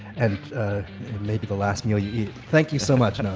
and maybe the last meal you eat. thank you so much, noah.